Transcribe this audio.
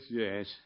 yes